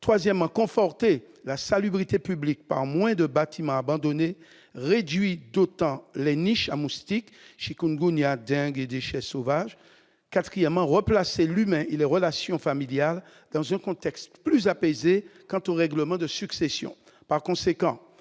vocation à conforter la salubrité publique, car diminuer le nombre de bâtiments abandonnés réduirait d'autant les niches à moustiques : chikungunya, dengue et déchets sauvages. Enfin, il visait à replacer l'humain et les relations familiales dans un contexte plus apaisé quant au règlement des successions. Par conséquent,